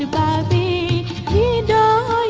da da